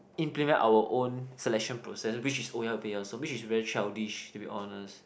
implement our own selection process which is oya-beh-ya-som which is very childish to be honest